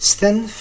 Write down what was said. Stand